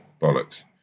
bollocks